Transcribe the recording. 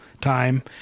time